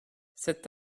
cet